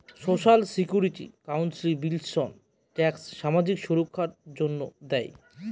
social security contributions tax সামাজিক সুররক্ষার জন্য দেয়